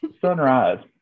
Sunrise